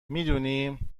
میدونی